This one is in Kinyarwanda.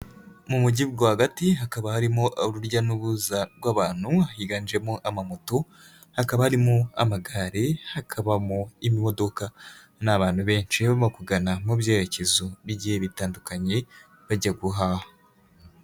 Mu mujyi rwagati hakaba harimo urujya n'uruza rw'abantu, higanjemo amamoto, hakaba harimo amagare, hakabamo imodoka, ni abantu benshi barimo kugana mu byerekezo bigiye bitandukanye bajya guhaha.